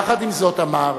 יחד עם זאת, אמר,